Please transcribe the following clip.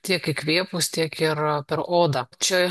tiek įkvėpus tiek ir per odą čia